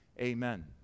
Amen